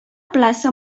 plaça